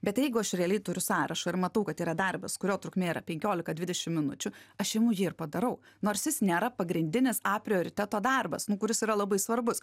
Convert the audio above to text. bet jeigu aš realiai turiu sąrašą ir matau kad yra darbas kurio trukmė yra penkiolika dvidešim minučių aš imu jį ir padarau nors jis nėra pagrindinis a prioriteto darbas nu kuris yra labai svarbus